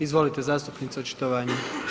Izvolite zastupnica očitovanje.